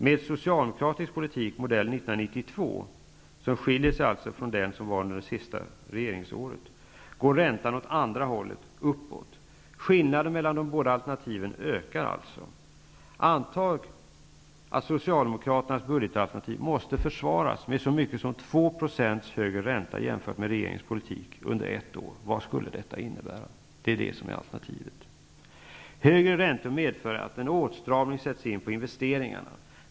Med socialdemokratisk politik modell 1992 -- som skiljer sig från den politik som fördes under Socialdemokraternas sista regeringsår -- går räntan åt andra hållet, dvs. uppåt. Skillnaden mellan de båda alternativen ökar alltså. Anta att Socialdemokraternas budgetalternativ måste försvaras med så mycket som 2 % högre ränta jämfört med regeringens politik under ett år. Vad skulle detta alternativ innebära? Högre räntor medför en åtstramning av investeringarna.